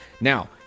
Now